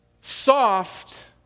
soft